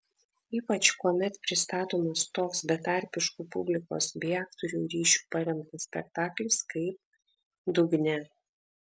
ypač kuomet pristatomas toks betarpišku publikos bei aktorių ryšiu paremtas spektaklis kaip dugne